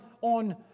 on